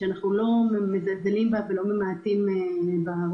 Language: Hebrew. שאנחנו לא מזלזלים בה ולא מקילים בה ראש,